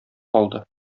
калды